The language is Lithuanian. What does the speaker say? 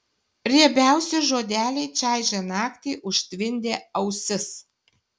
riebiausi žodeliai čaižė naktį užtvindė ausis